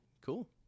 Cool